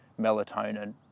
melatonin